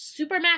supermax